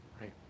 right